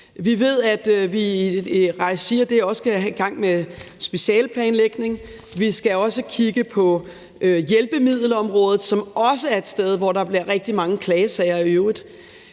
Vi ved, at vi i regi af det også skal i gang med specialeplanlægning. Vi skal også kigge på hjælpemiddelområdet, som også er et sted, hvor der bliver rigtig mange klagesager i øvrigt.